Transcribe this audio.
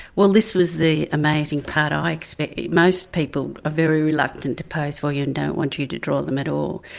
well this was the amazing part. um like so most people are very reluctant to pose for you and don't want you to draw them at all.